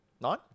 Nine